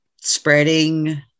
spreading